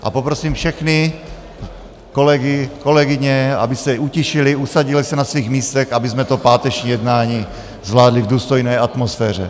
A poprosím všechny kolegy a kolegyně, aby se utišili a usadili se na svých místech, abychom to páteční jednání zvládli v důstojné atmosféře.